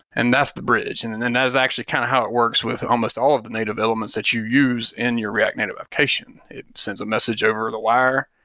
and that's the bridge. and and then that is actually kind of how it works with almost all of the native elements that you use in your react native application. it sends a message over the wire,